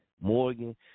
Morgan